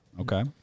Okay